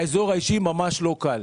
האזור האישי ממש לא קל.